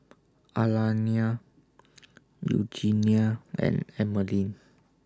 Alayna Eugenia and Emeline